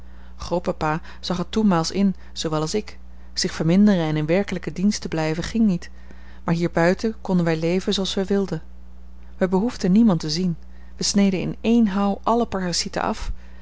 grootpapa zag het toenmaals in zoowel als ik zich verminderen en in werkelijken dienst te blijven ging niet maar hier buiten konden wij leven zooals wij wilden wij behoefden niemand te zien wij sneden in één houw alle parasieten af